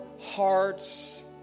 hearts